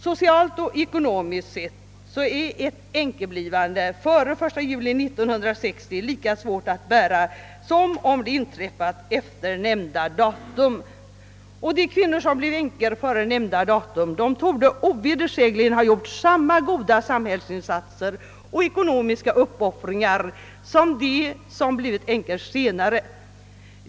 Socialt och ekonomiskt är det lika svårt att bli änka före den 1 juli 1960 som efter detta datum. De kvinnor som blev änkor före nämnda datum torde ha gjort samma goda samhällsinsatser och lika stora ekonomiska uppoffringar som de som blivit änkor senare.